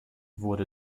wurde